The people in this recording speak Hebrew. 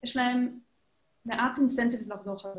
ויש להם מעט אינסנטיב לחזור בחזרה.